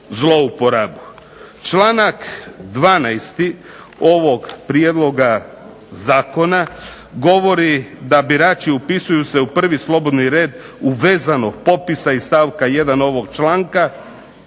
zlouporabu. Članak 12. ovog prijedloga zakona govori da birači upisuju se u prvi slobodni red uvezanog popisa iz stavka 1. ovog članka.